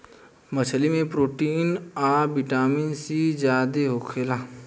मछली में प्रोटीन आ विटामिन सी ज्यादे होखेला